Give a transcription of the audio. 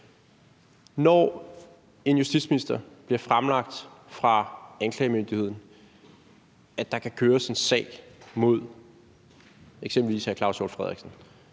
Når en justitsminister får fremlagt af anklagemyndigheden, at der kan køres en sag mod eksempelvis hr. Claus Hjort Frederiksen,